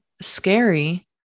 scary